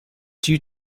due